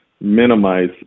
minimize